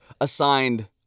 assigned